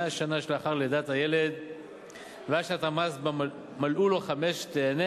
מהשנה שלאחר לידת הילד ועד שנת המס שבה ימלאו לו חמש תיהנה